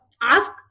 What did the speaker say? ask